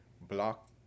block